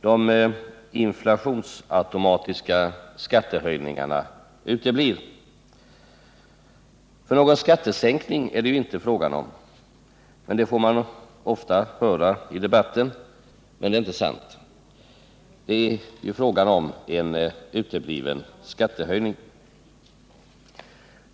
De inflationsautomatiska skattehöjningarna uteblir. Någon skattesänkning är det ju inte fråga om. Det får man ofta höra i debatten, men det är inte sant. Det är ju fråga om en utebliven skattehöjning.